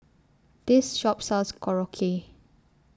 This Shop sells Korokke